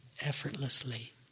effortlessly